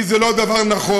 כי זה לא דבר נכון,